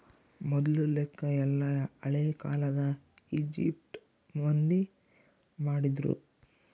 ಮೊದ್ಲು ಲೆಕ್ಕ ಎಲ್ಲ ಹಳೇ ಕಾಲದ ಈಜಿಪ್ಟ್ ಮಂದಿ ಮಾಡ್ತಿದ್ರು